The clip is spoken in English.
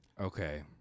Okay